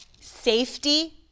safety